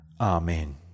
Amen